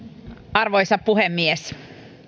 arvoisa puhemies